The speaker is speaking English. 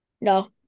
No